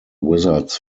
wizards